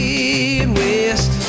Midwest